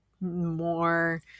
more